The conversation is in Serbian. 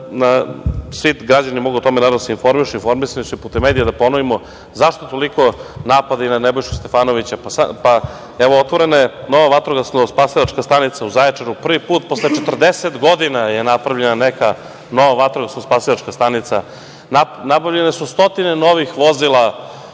Svi građani mogu o tome da se informišu putem medija, da ponovimo, zašto toliki napadi na Nebojšu Stefanovića, pa evo otvorena je nova vatrogasno-spasilačka stanica u Zaječaru, prvi put posle 40 godina je napravljena neka nova vatrogasno-spasilačka stanica. Nabavljeno je stotine novih vozila